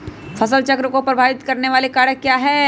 फसल चक्र को प्रभावित करने वाले कारक क्या है?